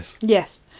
Yes